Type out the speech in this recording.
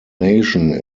nation